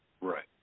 Right